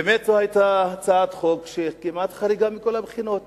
זו באמת הצעת חוק שהיתה חריגה כמעט מכל הבחינות,